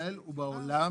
בישראל ובעולם.